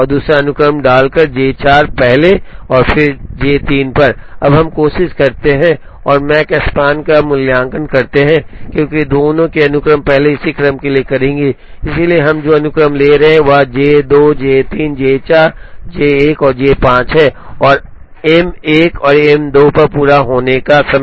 J 4 पहले और फिर J 3 अब हम कोशिश करते हैं और माकस्पन का मूल्यांकन करते हैं क्योंकि दोनों अनुक्रम पहले इस क्रम के लिए करेंगे इसलिए हम जो अनुक्रम ले रहे हैं वह J 2 J 3 J 4 J 1 और J 5 है और एम 1 और एम 2 पर पूरा होने का समय